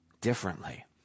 differently